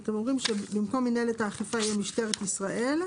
במקום מינהלת האכיפה תהיה משטרת ישראל,